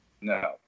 No